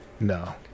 No